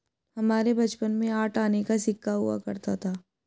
हमारे बचपन में आठ आने का सिक्का हुआ करता था